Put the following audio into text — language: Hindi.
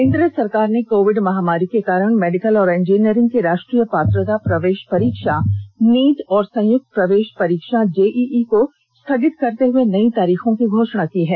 केन्द्र सरकार ने कोविड महामारी के कारण मेडिकल और इंजीनियरिंग की राष्ट्रीय पात्रता प्रवेश परीक्षा नीट और संयुक्त प्रवेश परीक्षा जेईई को स्थगित करते हुए नई तारीखों की घोषणा की है